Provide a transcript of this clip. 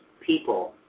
people